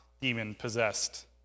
demon-possessed